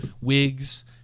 wigs